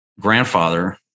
grandfather